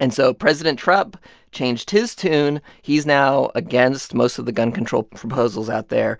and so president trump changed his tune. he's now against most of the gun control proposals out there.